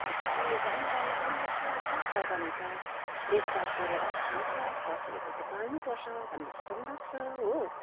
अन्त के गर्नु गर्नु पनि हुन्छ यसो छ भने त बेचबाच गरेर पनि हुन्छ पशुहरू त पाल्नुपर्छ भने जस्तो पनि लाग्छ हो